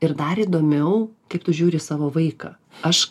ir dar įdomiau kaip tu žiūri į savo vaiką aš